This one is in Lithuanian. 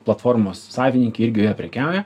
platformos savininkė irgi joje prekiauja